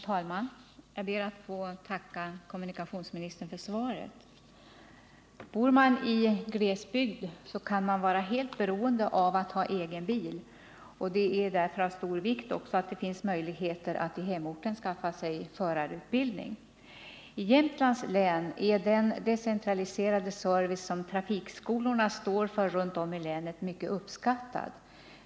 Herr talman! Jag ber att få tacka kommunikationsministern för svaret. Bor man i glesbygd kan man vara helt beroende av att ha egen bil, och det är därför av stor vikt att det finns goda möjligheter att på hemorten skaffa sig förarutbildning. I Jämtlands län är den decentraliserade service som trafikskolorna står för runt om i länet mycket uppskattad.